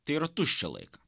tai yra tuščią laiką